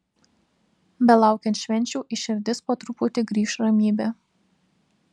belaukiant švenčių į širdis po truputį grįš ramybė